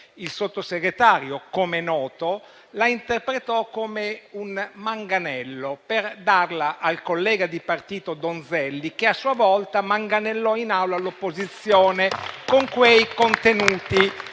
il Sottosegretario, come è noto, la interpretò come un manganello da fornire al collega di partito Donzelli, che a sua volta manganellò in Aula l'opposizione con quei contenuti.